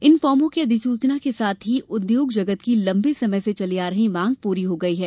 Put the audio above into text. इन फॉर्मो की अधिसूचना के साथ ही उद्योग जगत की लम्बे समय से चली आ रही मांग पूरी हो गई है